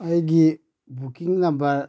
ꯑꯩꯒꯤ booking number